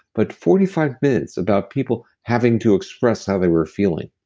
but forty-five minutes about people having to express how they were feeling.